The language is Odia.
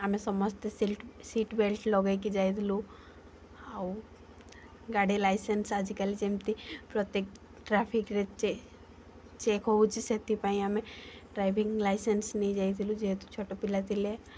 ଆମେ ସମସ୍ତେ ସିଟ୍ ବେଲ୍ଟ୍ ଲଗେଇକି ଯାଇଥିଲୁ ଆଉ ଗାଡ଼ି ଲାଇସେନ୍ସ୍ ଆଜିକାଲି ଯେମିତି ପ୍ରତ୍ୟେକ ଟ୍ରାଫିକ୍ରେ ଚେକ୍ ହେଉଛି ସେଥିପାଇଁ ଆମେ ଡ୍ରାଇଭିଙ୍ଗ୍ ଲାଇସେନ୍ସ୍ ନେଇଯାଇଥିଲୁ ଯେହେତୁ ଛୋଟପିଲା ଥିଲେ